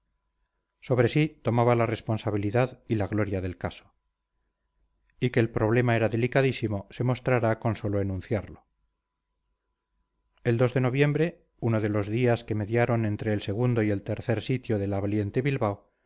sobre sí tomaba la responsabilidad y la gloria del caso y que el problema era delicadísimo se mostrará con sólo enunciarlo el de noviembre uno de los días que mediaron entre el segundo y el tercer sitio de la valiente bilbao